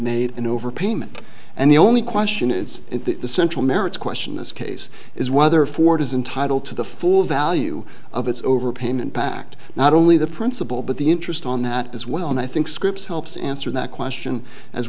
made an overpayment and the only question it's the central merits question this case is whether ford is entitle to the full value of its overpayment backed not only the principle but the interest on that as well and i think scripps helps answer that question as